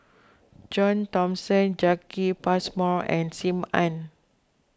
John Thomson Jacki Passmore and Sim Ann